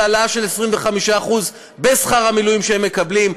העלאה של 25% בשכר המילואים שהם מקבלים.